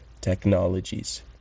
technologies